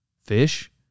fish